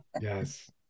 yes